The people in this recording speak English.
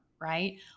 right